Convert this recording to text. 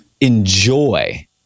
enjoy